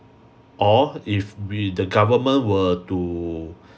or if we the government were to